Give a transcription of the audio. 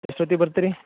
ಎಷ್ಟೊತ್ತಿಗೆ ಬರ್ತೀರಿ